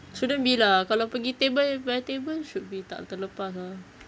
shouldn't be lah kalau pergi table by table should be tak terlepas ah